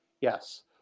Yes